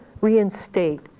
reinstate